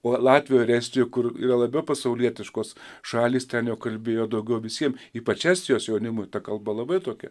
o latvijoj ir estijoj kur yra labiau pasaulietiškos šalys ten jau kalbėjo daugiau visiem ypač estijos jaunimui ta kalba labai tokia